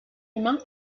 humain